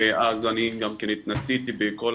ואז אני גם כן התנסיתי בכל